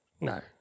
no